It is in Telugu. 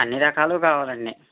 అన్ని రకాలు కావాలండీ